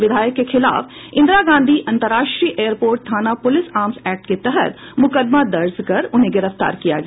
विधायक के खिलाफ इंदिरा गांधी अंतरराष्ट्रीय एयरपोर्ट थाना पुलिस आर्म्स एक्ट के तहत मुकदमा दर्ज कर उन्हें गिरफ्तार किया गया